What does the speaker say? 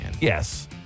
Yes